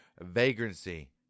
vagrancy